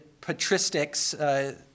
patristics